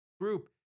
group